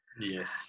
Yes